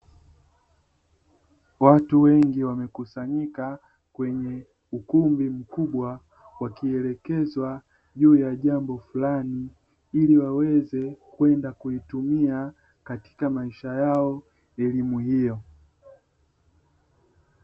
Watu wengi wamekusanyika kwenye ukumbi mkubwa, wakielekezwa juu ya jambo fulani ili waweze kwenda kuitumia katika maisha yao elimu hiyo.